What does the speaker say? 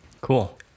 Cool